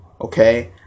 okay